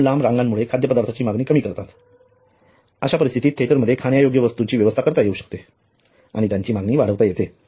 ग्राहक लांब रांगामुळे खाद्य पदार्थाची मागणी कमी करतात अशा परिस्थितीत थिएटरमध्ये खाण्यायोग्य वस्तूंची व्यवस्था करता येवू शकते आणि त्यांची मागणी वाढविता येते